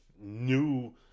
new